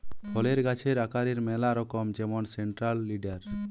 ফলের গাছের আকারের ম্যালা রকম যেমন সেন্ট্রাল লিডার